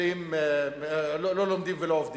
לא לומדים ולא עובדים,